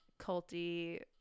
culty